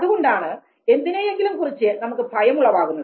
അതുകൊണ്ടാണ് എന്തിനെയെങ്കിലും കുറിച്ച് നമുക്ക് ഭയം ഉളവാകുന്നത്